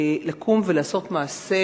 לקום ולעשות מעשה.